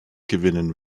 gewinnen